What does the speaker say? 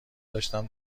داشتم